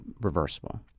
reversible